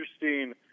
interesting